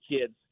kids